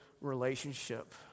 relationship